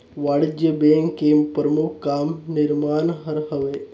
वाणिज्य बेंक के परमुख काम निरमान हर हवे